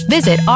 Visit